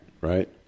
Right